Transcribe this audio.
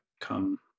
come